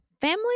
family